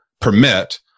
permit